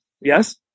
Yes